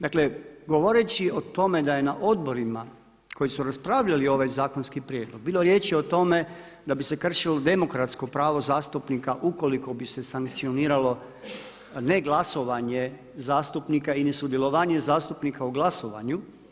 Dakle govoreći o tome da je na odborima koji su raspravljali ovaj zakonski prijedlog bilo riječi o tome da bi se kršilo demokratsko pravo zastupnika ukoliko bi se sankcioniralo ne glasovanje zastupnika ili sudjelovanje zastupnika u glasovanju.